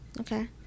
Okay